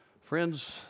Friends